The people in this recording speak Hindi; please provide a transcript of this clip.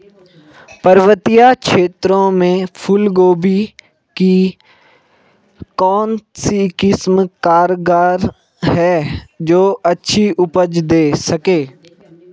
पर्वतीय क्षेत्रों में फूल गोभी की कौन सी किस्म कारगर है जो अच्छी उपज दें सके?